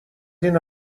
این